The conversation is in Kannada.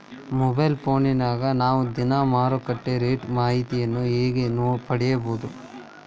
ಮೊಬೈಲ್ ಫೋನ್ಯಾಗ ನಾವ್ ದಿನಾ ಮಾರುಕಟ್ಟೆ ರೇಟ್ ಮಾಹಿತಿನ ಹೆಂಗ್ ಪಡಿಬೋದು?